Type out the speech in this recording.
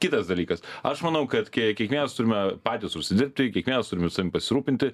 kitas dalykas aš manau kad kie kiekvienas turime patys užsidirbti kiekvienas turime savimi pasirūpinti